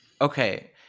okay